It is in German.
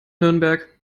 nürnberg